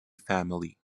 family